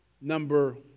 number